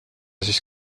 siis